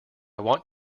want